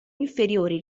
inferiori